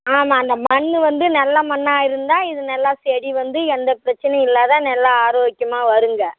ஆமாம் அந்த மண் வந்து நல்ல மண்ணாக இருந்தால் இது நல்லா செடி வந்து எந்த பிரச்சினையும் இல்லாத நல்லா ஆரோக்கியமாக வருங்க